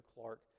Clark